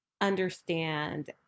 understand